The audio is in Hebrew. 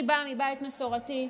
אני באה מבית מסורתי.